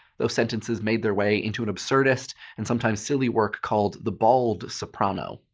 those sentences made their way into an absurdist and sometimes silly work called the bald soprano.